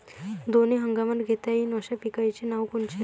दोनी हंगामात घेता येईन अशा पिकाइची नावं कोनची?